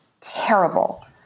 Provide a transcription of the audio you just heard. terrible